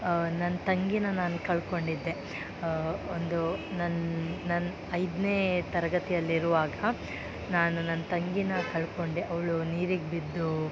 ನನ್ನ ತಂಗಿನ ನಾನು ಕಳಕೊಂಡಿದ್ದೆ ಒಂದು ನನ್ನ ನನ್ನ ಐದನೇ ತರಗತಿಯಲ್ಲಿರುವಾಗ ನಾನು ನನ್ನ ತಂಗಿನ ಕಳಕೊಂಡೆ ಅವಳು ನೀರಿಗೆ ಬಿದ್ದು